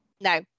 No